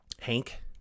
Hank